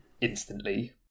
instantly